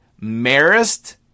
Marist